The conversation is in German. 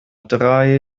drei